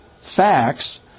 facts